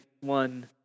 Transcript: one